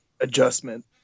adjustment